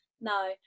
No